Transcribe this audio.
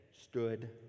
stood